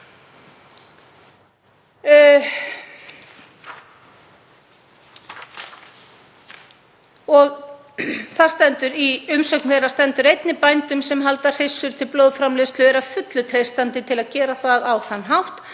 afar fátítt. Í umsögn þeirra stendur einnig að bændum sem haldi hryssur til blóðframleiðslu sé að fullu treystandi til að gera það á þann hátt